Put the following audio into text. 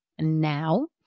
now